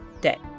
day